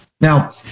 Now